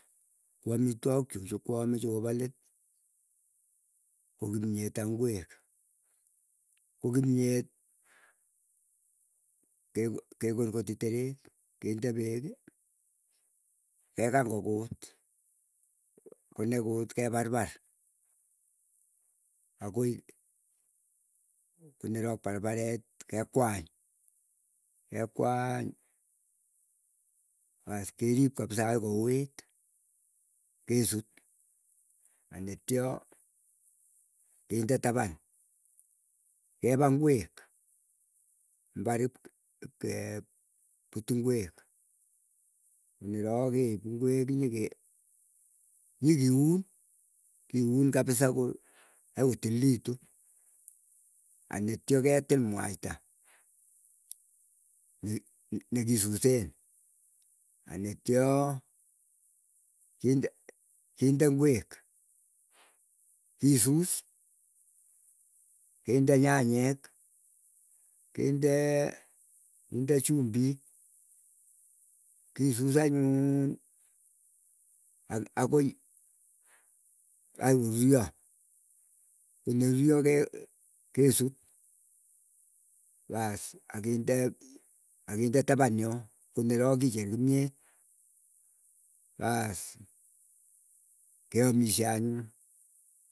Koo amitwokchuk chokwaame chokopo leet kokimyet ak ingwek. Ko kimyet kekorkoti teret kinde peeki, kegang kokut konekut keparpar konerok parparet kekwany. Kekwany pas kerip kabisa agoi kouit kesut anitwo kinde tapan. Kepa ngwek mbarip ikeput ingwek konek keip ingwek kinyike, nyikiun kiun kabisa ko agoi kotililitu andetyo ketil mwaita nekisusen andityo kinde ngek kisus kinde nyanyek kindee, kinde chumbik. Kisus anyuun ak akoi ai koruryo konyeruryo ke kesut paas akinde akinde tapan yoo konerok kicher kimyet paas keamisye anyun.